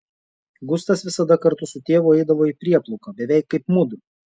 gustas visada kartu su tėvu eidavo į prieplauką beveik kaip mudu